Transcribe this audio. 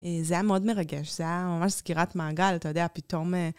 אה... זה היה מאוד מרגש, זה היה ממש סגירת מעגל, אתה יודע פתאום, אה...